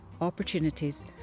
opportunities